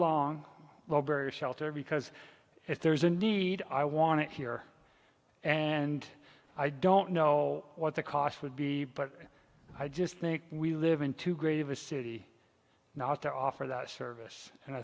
long low barrier shelter because if there's a need i want it here and i don't know what the cost would be but i just think we live in too great of a city now to offer that service and i